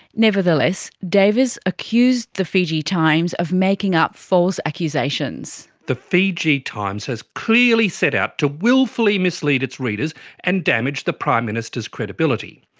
nevertheless, davis accused the fiji times of making up false accusations reading the fiji times has clearly set out to wilfully mislead its readers and damage the prime minister's credibility.